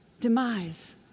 Demise